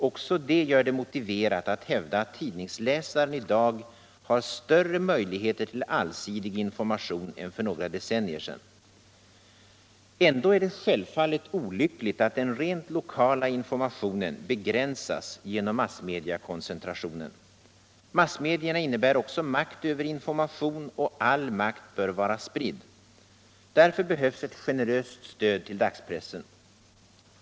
Också detta gör det motiverat att hävda att tidningsläsaren i dag har större möjligheter till allsidig information än för några decennier sedan. Ändå är det självfallet olyckligt att den rent lokala informationen begränsas genom massmediekoncentrationen. Massmedierna innebär också makt över information och all makt bör vara spridd. Därför behövs ett generöst stöd till dagspressen.